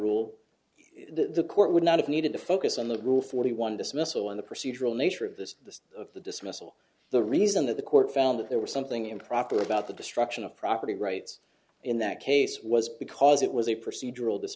rule the court would not have needed to focus on the rule forty one dismissal and the procedural nature of this the of the dismissal the reason that the court found that there was something improper about the destruction of property rights in that case was because it was a procedural